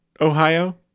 ohio